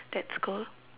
that's cool